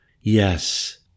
Yes